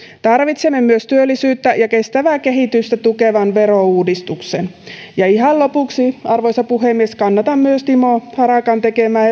tarvitsemme myös työllisyyttä ja kestävää kehitystä tukevan verouudistuksen ihan lopuksi arvoisa puhemies kannatan myös timo harakan tekemää